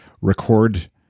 record